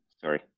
Sorry